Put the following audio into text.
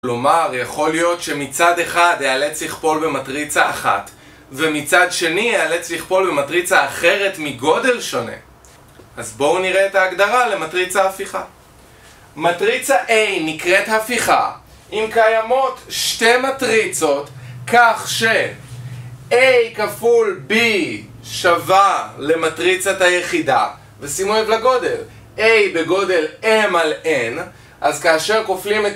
כלומר, יכול להיות שמצד אחד אאלץ לכפול במטריצה אחת ומצד שני אאלץ לכפול במטריצה אחרת מגודל שונה אז בואו נראה את ההגדרה למטריצה הפיכה מטריצה A נקראת הפיכה אם קיימות שתי מטריצות כך ש A כפול B שווה למטריצת היחידה ושימו את לגודל A בגודל M על N אז כאשר כופלים את...